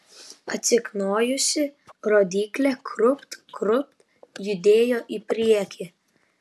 atsiknojusi rodyklė krūpt krūpt judėjo į priekį